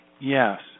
Yes